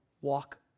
walk